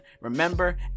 Remember